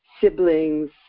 siblings